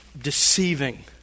deceiving